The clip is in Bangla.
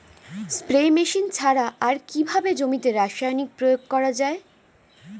স্প্রে মেশিন ছাড়া আর কিভাবে জমিতে রাসায়নিক প্রয়োগ করা যায়?